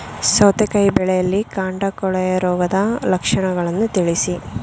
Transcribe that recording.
ಸೌತೆಕಾಯಿ ಬೆಳೆಯಲ್ಲಿ ಕಾಂಡ ಕೊಳೆ ರೋಗದ ಲಕ್ಷಣವನ್ನು ತಿಳಿಸಿ?